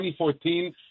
2014